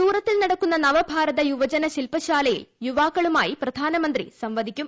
സൂറത്തിൽ നടക്കുന്ന നവഭാരത യുവജന ശിൽപശാലയിൽ യുവാക്കളുമായി പ്രധാനമന്ത്രി സംവദിക്കും